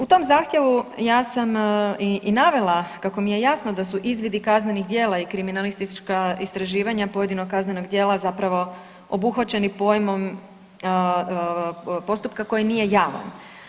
U tom zahtjevu ja sam i navela kako mi je jasno da su izvidi kaznenih djela i kriminalistička istraživanja pojedinog kaznenog djela zapravo obuhvaćeni pojmom postupka koji nije javan.